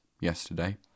yesterday